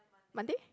Monday